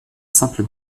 simple